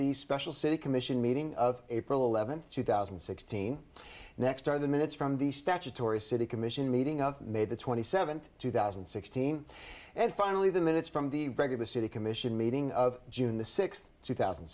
the special city commission meeting of april eleventh two thousand and sixteen next are the minutes from the statutory city commission meeting of may the twenty seventh two thousand and sixteen and finally the minutes from the regular city commission meeting of june the sixth two thousand